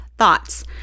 thoughts